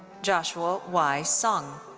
joshua y. song.